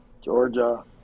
Georgia –